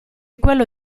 quello